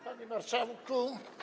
Panie Marszałku!